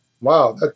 Wow